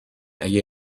اگه